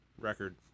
record